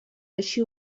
així